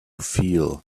feel